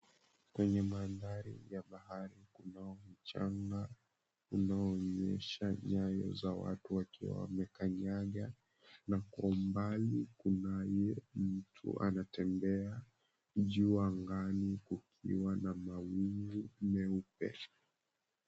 Kwenye maandhari ya bahari kunao mchanga unaoonyesha nyayo za watu waliokanyaga na kwa umbali kunaye mtu anayetembea, juu angani kukiwa na mawingu meupe.